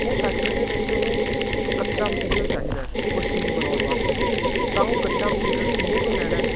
ਉਹ ਫੈਕਟਰੀ ਦੇ ਵਿੱਚ ਉਹਨੂੰ ਕੱਚਾ ਮਟੀਰੀਅਲ ਚਾਹੀਦਾ ਕੁਛ ਚੀਜ਼ ਬਣਾਉਣ ਵਾਸਤੇ ਤਾਂ ਉਹ ਕੱਚਾ ਮਟੀਰੀਅਲ ਕਿਹਦੇ ਤੋਂ ਲੈਣਾ